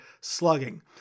slugging